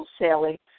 wholesaling